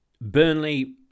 Burnley